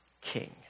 king